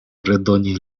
redoni